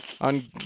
on